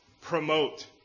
promote